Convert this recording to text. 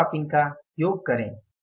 तो अब आप इनका योग करें